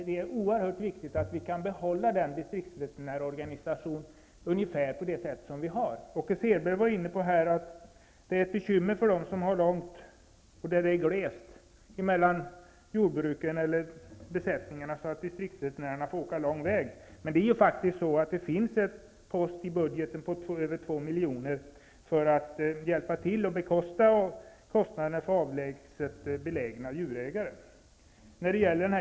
Det är oerhört viktigt att vi kan behålla den distriktsveterinärsorganisation vi har ungefär på samma sätt som i dag. Åke Selberg nämnde att det är ett bekymmer för dem som har långa avstånd och där det är glest mellan jordbruken eller besättningarna, så att distriktsveterinärerna få åka lång väg, men det finns ju faktiskt en post i budgeten på över 2 miljoner som skall hjälpa till att betala kostnader för avlägset belägna djurägare.